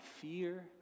fear